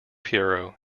hero